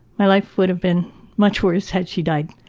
my life would have been much worse had she died.